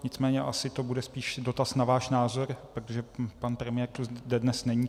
Nicméně asi to bude spíš dotaz na váš názor, protože pan premiér tu zde dnes není.